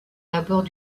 abords